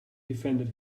defended